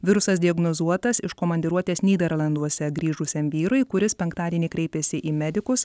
virusas diagnozuotas iš komandiruotės nyderlanduose grįžusiam vyrui kuris penktadienį kreipėsi į medikus